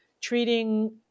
treating